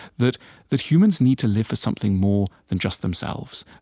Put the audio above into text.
that that humans need to live for something more than just themselves,